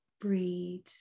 Breed